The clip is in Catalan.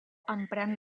emprant